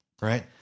right